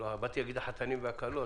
בענייני תחבורה ציבורית בחברה הערבית,